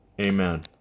Amen